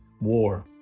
War